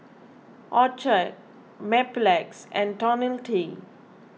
Accucheck Mepilex and Tonil T